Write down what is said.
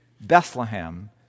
Bethlehem